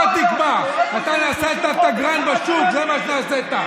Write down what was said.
אתה נעשית תגרן בשוק, זה מה שנעשית.